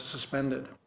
suspended